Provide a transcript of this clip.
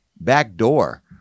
Backdoor